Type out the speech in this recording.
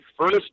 first